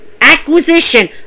acquisition